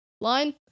Line